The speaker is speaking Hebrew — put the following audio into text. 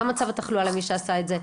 מה מצב התחלואה למי שעשה את זה,